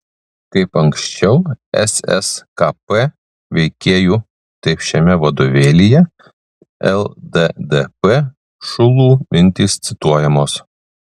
kaip anksčiau sskp veikėjų taip šiame vadovėlyje lddp šulų mintys cituojamos